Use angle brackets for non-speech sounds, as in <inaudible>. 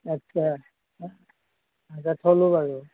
আচ্ছা <unintelligible> আচ্ছা থলো বাৰু